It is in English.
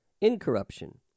incorruption